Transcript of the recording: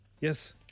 yes